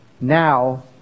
Now